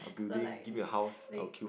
so like they they